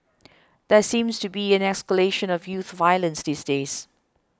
there seems to be an escalation of youth violence these days